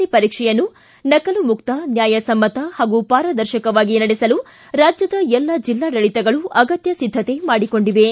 C ಪರೀಕ್ಷೆಯನ್ನು ನಕಲು ಮುಕ್ತ ನ್ಯಾಯಸಮ್ಮತ ಹಾಗೂ ಪಾರದರ್ಶಕವಾಗಿ ನಡೆಸಲು ರಾಜ್ಯದ ಎಲ್ಲ ಜಿಲ್ಲಾಡಳಿತಗಳು ಅಗತ್ಯ ಸಿದ್ಗತೆ ಮಾಡಿಕೊಂಡಿವೆ